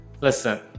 Listen